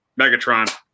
Megatron